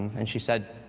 and she said,